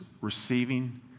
receiving